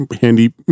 handy